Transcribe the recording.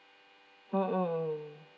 mmhmm